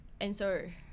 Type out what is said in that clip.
answer